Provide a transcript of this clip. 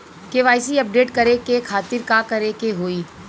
KYC update करे के खातिर का करे के होई?